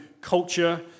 culture